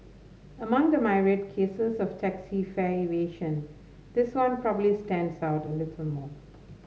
among the myriad cases of taxi fare evasion this one probably stands out a little more